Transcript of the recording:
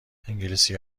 انگلیسی